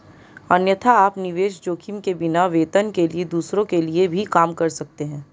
अन्यथा, आप निवेश जोखिम के बिना, वेतन के लिए दूसरों के लिए भी काम कर सकते हैं